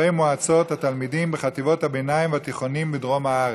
חברי מועצות התלמידים בחטיבות הביניים והתיכונים בדרום הארץ.